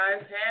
guys